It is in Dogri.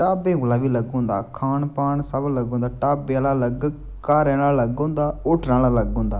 ढाबें कोला बी अलग होंदा खानपान सब अलग होंदा ढाबे आहला अलग घरें आहला अलग होंदा होटलें आहला अलग होंदा